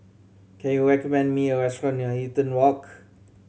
can you recommend me a restaurant near Eaton Walk